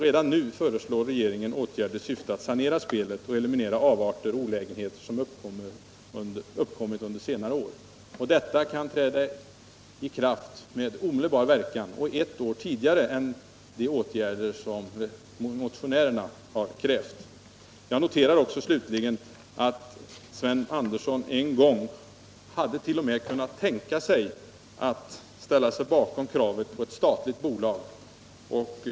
Redan nu föreslår regeringen åtgärder i syfte att sanera spelet och eliminera avarter och olägenheter som har uppkommit under senare år. Dessa åtgärder kan vidtas omedelbart och ett år tidigare än de åtgärder som motionärerna har krävt. Jag noterar slutligen att Sven Andersson en gång t.o.m. kunde tänka sig att ställa sig bakom kravet på ett statligt bolag.